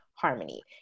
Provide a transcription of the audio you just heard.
Harmony